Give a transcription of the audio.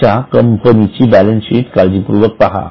तुमच्या कंपनीची balance sheet काळजीपूर्वक पाहा